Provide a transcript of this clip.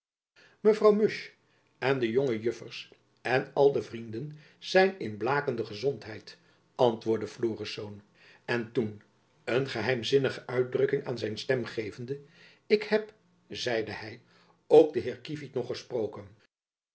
mevrouw musch en de jonge juffers en al de vrienden zijn in blakende gezondheid antwoordde florisz en toen een geheimzinnige uitdrukking aan zijn stem gevende ik heb zeide hy ook den heer kievit nog gesproken